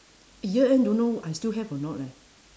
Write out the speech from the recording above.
year end don't know I still have or not leh